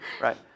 Right